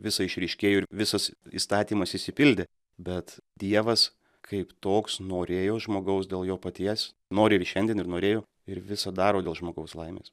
visa išryškėjo ir visas įstatymas išsipildė bet dievas kaip toks norėjo žmogaus dėl jo paties nori ir šiandien ir norėjo ir visa daro dėl žmogaus laimės